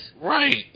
Right